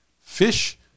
Fish